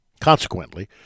Consequently